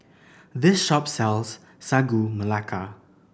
this shop sells Sagu Melaka